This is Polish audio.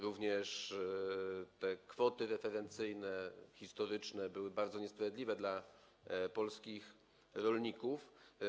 Również te kwoty referencyjne, kryteria historyczne były bardzo niesprawiedliwe dla polskich rolników.